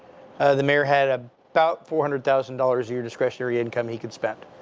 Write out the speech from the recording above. the mayor had ah about four hundred thousand dollars a year discretionary income he could spend.